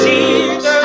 Jesus